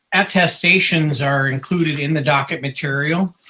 attestations are included in the docket material.